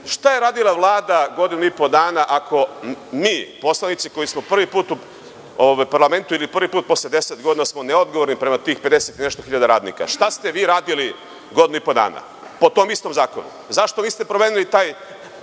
je radila Vlada godinu i po dana, ako smo mi poslanici koji smo prvi put u parlamentu ili prvi put posle 10 godina neodgovorni prema tih 50 i nešto hiljada radnika? Šta ste vi radili godinu i po dana po tom istom zakonu? Zašto niste promenili taj